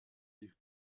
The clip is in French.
des